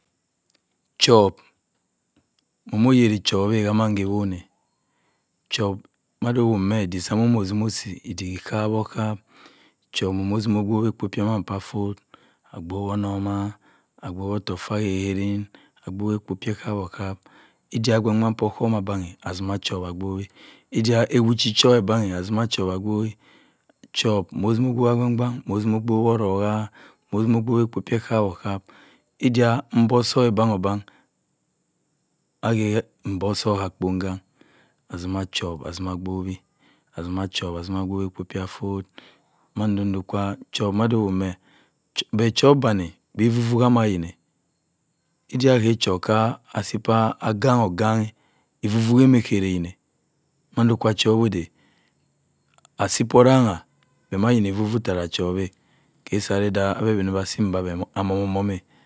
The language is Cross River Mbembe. Chup. h mamma yeri chuphkavmma ke ewon. chup ediek se motima obowa ekpo pamina ku uffoh agbowa unoma. agbowa ottok fa ageka erin agbok ekpo peph eku-okap. ndi agban-kpa pu guh osohm ebanghe etoma agbowo. chuph motima ogbawa agban-gban motimo ogbow. irokamotima ogbowa ekpo pa ekam-okam odia-mbok su ka abonkan. atima nchuo atima obowl. atima agbowo ekpo pu ku fuh. ma ndo-ndo buh nchuo bane mma efu-efu gu yeni. eda ke chuka ka asi pe egan-eganhe efu-efu ke chere uyen mando kwa achuo ode. asi pa oranghe beh buk ima yene efu-efu. ke se eda aben beh asi mbi amom-amnon